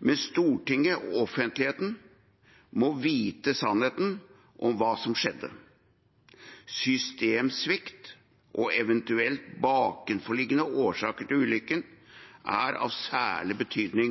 Men Stortinget og offentligheten må få vite sannheten om hva som skjedde. Systemsvikt og eventuelle bakenforliggende årsaker til ulykken er av særlig betydning